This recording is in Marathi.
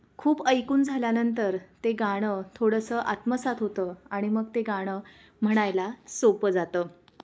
खूप ऐकून झाल्यानंतर ते गाणं थोडंसं आत्मसात होतं आणि मग ते गाणं म्हणायला सोपं जातं